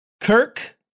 Kirk